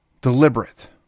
deliberate